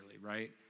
right